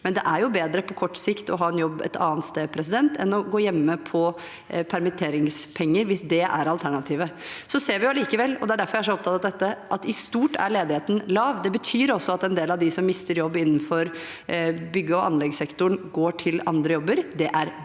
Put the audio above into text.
at det er bedre på kort sikt å ha en jobb et annet sted enn å gå hjemme på permitteringspenger hvis det er alternativet. Vi ser allikevel – det er derfor jeg er så opptatt av dette – at ledigheten i stort er lav. Det betyr også at en del av dem som mister jobb innenfor bygg- og anleggssektoren, går til andre jobber. Det er bra.